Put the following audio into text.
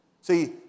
See